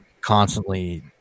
constantly